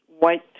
white